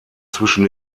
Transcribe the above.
zwischen